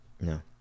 No